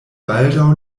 baldaŭ